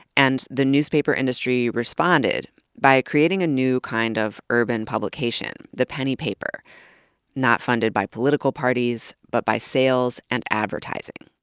and the newspaper industry responded by creating a new kind of urban publication, the penny paper not funded by political parties but by sales and advertising.